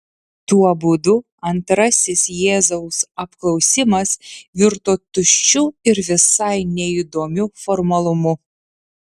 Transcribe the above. tuo būdu antrasis jėzaus apklausimas virto tuščiu ir visai neįdomiu formalumu